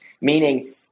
Meaning